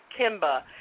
Kimba